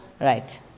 Right